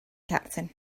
captain